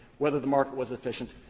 whether the market was efficient.